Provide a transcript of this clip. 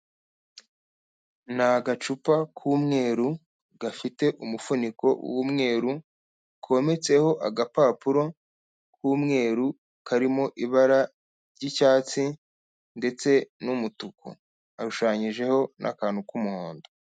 Ni agacupa k'umweru gafite umufuniko w'umweru kometseho agapapuro k'umweru karimo ibara ry'icyatsi, ndetse n'umutuku, hashushanyijeho n'akantu k'umuhondo.